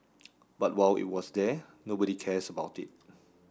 but while it was there nobody cares about it